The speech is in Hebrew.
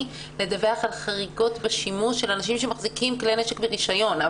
לדווח על חריגות בשימוש של אנשים שמחזיקים כלי נשק ברישיון.